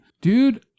dude